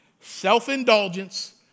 self-indulgence